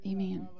Amen